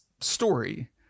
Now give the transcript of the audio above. story